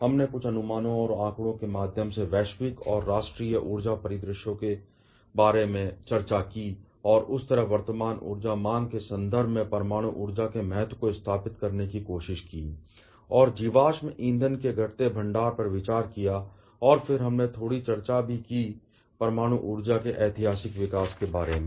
हमने कुछ अनुमानों और आंकड़ों के माध्यम से वैश्विक और राष्ट्रीय ऊर्जा परिदृश्यों के बारे में चर्चा की और इस तरह वर्तमान ऊर्जा मांग के संदर्भ में परमाणु ऊर्जा के महत्व को स्थापित करने की कोशिश की और जीवाश्म ईंधन के घटते भंडार पर विचार किया और फिर हमने थोड़ी चर्चा भी की परमाणु ऊर्जा के ऐतिहासिक विकास के बारे में